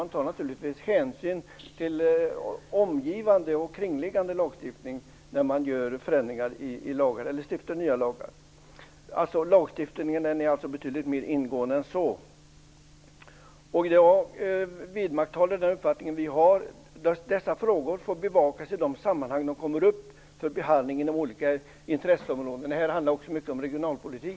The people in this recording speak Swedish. Man tar naturligtvis hänsyn till kringliggande lagstiftning när man förändrar eller stiftar nya lagar. Lagstiftningen är alltså betydligt mer ingående än så. Jag vidmakthåller den uppfattning som vi har. Dessa frågor får bevakas i de sammanhang där de kommer upp i samband med behandling av olika intresseområden. Det här handlar också mycket om regionalpolitik.